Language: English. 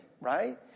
right